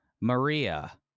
Maria